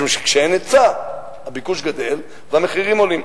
משום שכשאין היצע הביקוש גדל והמחירים עולים.